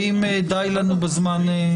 הוא מספיק?